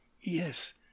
Yes